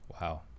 Wow